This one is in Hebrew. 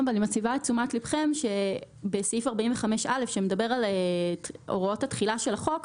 אני מסבה את תשומת ליבכם שבסעיף 45(א) שמדבר על הוראות התחילה של החוק,